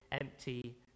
empty